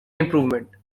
improvement